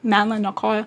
meną niokoja